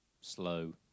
slow